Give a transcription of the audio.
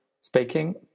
speaking